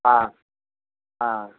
हाँ हाँ